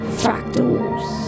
fractals